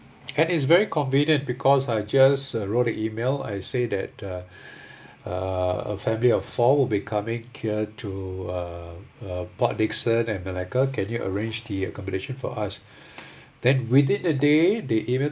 and it's very convenient because I just wrote the email I say that uh uh a family of four will be coming here to uh uh port dickson and melaka can you arrange the accommodation for us then within a day they email